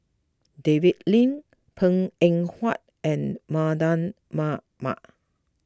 David Lim Png Eng Huat and Mardan Mamat